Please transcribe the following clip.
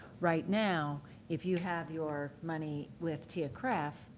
right now if you have your money with tiaa-cref,